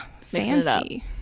fancy